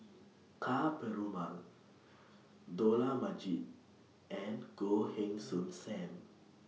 Ka Perumal Dollah Majid and Goh Heng Soon SAM